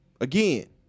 Again